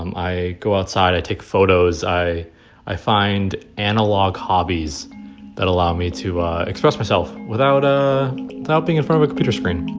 um i go outside. i take photos. i i find analog hobbies that allow me to express myself without ah tapping in front of a computer screen